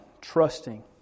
trusting